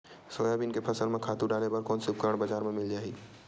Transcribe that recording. Soybean के फसल म खातु डाले बर कोन से उपकरण बजार म मिल जाहि?